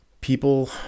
people